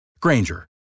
Granger